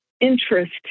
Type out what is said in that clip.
interest